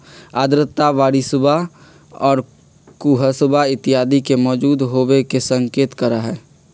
आर्द्रता बरिशवा और कुहसवा इत्यादि के मौजूद होवे के संकेत करा हई